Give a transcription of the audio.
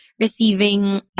receiving